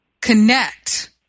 connect